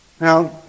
Now